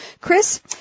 Chris